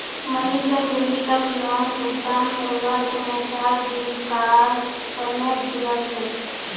manager रोहितक loan भुगतान करवार तने चार दिनकार समय दिया छे